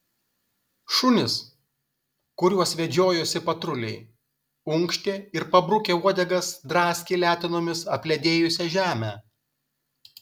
šunys kuriuos vedžiojosi patruliai unkštė ir pabrukę uodegas draskė letenomis apledėjusią žemę